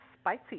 Spicy